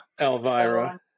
Elvira